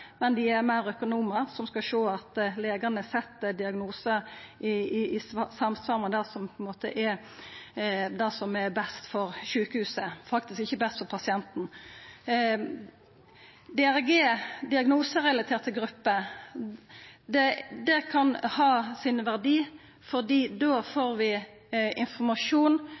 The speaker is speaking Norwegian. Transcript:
men dei er meir økonomar som skal sjå til at legane set diagnosar i samsvar med det som er best for sjukehuset – faktisk ikkje best for pasienten. DRG, diagnoserelaterte grupper, kan ha sin verdi, for da får vi informasjon